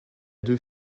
deux